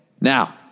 now